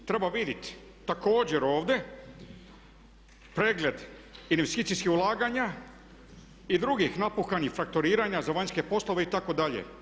Treba vidjeti također ovdje, pregled investicijskih ulaganja i drugih … frakturiranja za vanjske poslove itd.